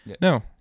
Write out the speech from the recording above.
No